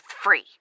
free